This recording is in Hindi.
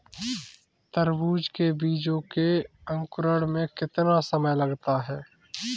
तरबूज के बीजों के अंकुरण में कितना समय लगता है?